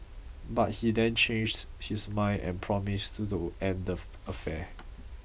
but he then changed his mind and promised to end of affair